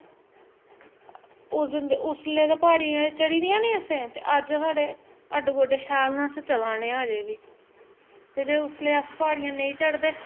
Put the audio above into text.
उस दिन दा उसलै एह् प्हाड़ियां चढ़ी दियां नी असें अज्ज साढ़े हड्ड गोड्डे शैल न अस चला ने आं अजें बी ते जेकर उसलै अस प्हाड़ियां नेईं चढ़दे